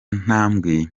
ntambwe